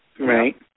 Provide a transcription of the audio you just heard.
Right